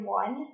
one